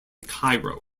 cairo